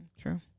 True